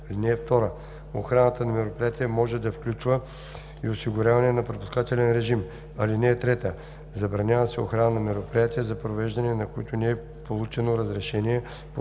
(2) Охраната на мероприятия може да включва и осигуряване на пропускателен режим. (3) Забранява се охрана на мероприятия, за провеждането на които не е получено разрешение по